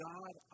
God